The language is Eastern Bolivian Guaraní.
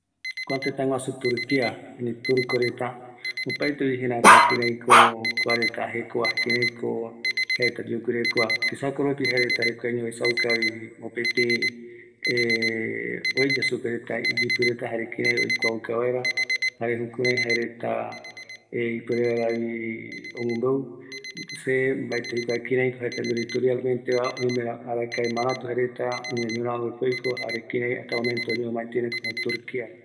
Kua tëtä, yaesa ïño jëtärëta, ëreï mbaetɨ aikua kïraïko jaereta arakae guie, yogueruva, mbaetɨvi aendu kua tëtäre, ëreï oïmeko aipo jaeretaiño oikua, jare omoerakua ïrü tëtärupi, se mbaetɨ jaeta kïraïko jaereta arakaeva